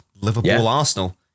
Liverpool-Arsenal